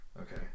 Okay